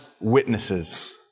witnesses